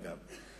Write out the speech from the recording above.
אגב.